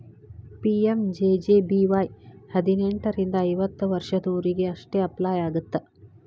PMJJBY ಹದಿನೆಂಟರಿಂದ ಐವತ್ತ ವರ್ಷದೊರಿಗೆ ಅಷ್ಟ ಅಪ್ಲೈ ಆಗತ್ತ